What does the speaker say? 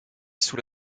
sous